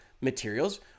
materials